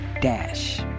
DASH